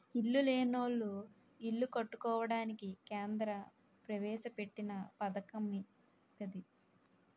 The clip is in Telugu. ఇల్లు లేనోళ్లు ఇల్లు కట్టుకోవడానికి కేంద్ర ప్రవేశపెట్టిన పధకమటిది